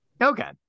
Okay